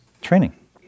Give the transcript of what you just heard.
training